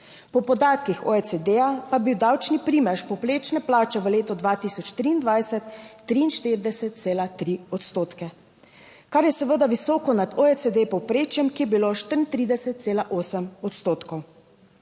Po podatkih OECD pa je bil davčni primež povprečne plače v letu 2023 43,3 odstotke, kar je seveda visoko nad OECD povprečjem, ki je bilo 34,8 Odstotkov.